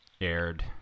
aired